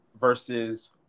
versus